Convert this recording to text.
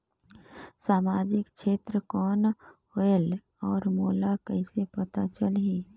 समाजिक क्षेत्र कौन होएल? और मोला कइसे पता चलही?